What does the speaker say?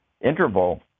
interval